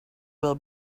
will